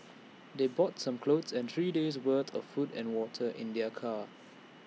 they brought some clothes and three days'worth of food and water in their car